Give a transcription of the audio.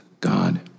God